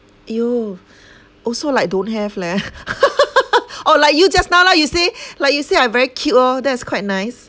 !aiyo! also like don't have leh or like you just now you lah you say like you say I very cute orh that is quite nice